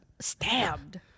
stabbed